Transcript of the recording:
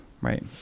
Right